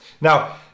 Now